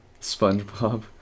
Spongebob